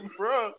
bro